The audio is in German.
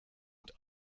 und